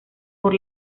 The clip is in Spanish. por